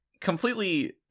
completely